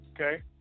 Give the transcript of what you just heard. Okay